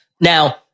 Now